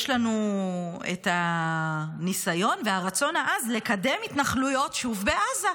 יש לנו את הניסיון והרצון העז לקדם התנחלויות שוב בעזה.